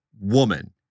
woman